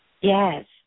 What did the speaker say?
Yes